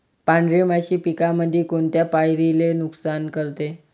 पांढरी माशी पिकामंदी कोनत्या पायरीले नुकसान करते?